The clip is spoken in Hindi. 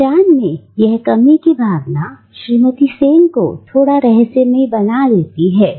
पहचान में यह कमी की भावना श्रीमती सेन को हमारे लिए थोड़ा रहस्यमयी बना देती है